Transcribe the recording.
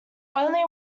only